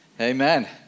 amen